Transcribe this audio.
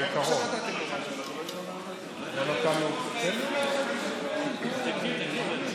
אנחנו נשנה את הכלל הקבוע של דמי